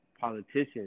politicians